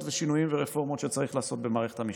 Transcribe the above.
ושינויים ורפורמות שצריך לעשות במערכת המשפט.